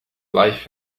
life